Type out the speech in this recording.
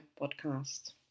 podcast